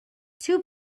two